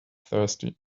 thirsty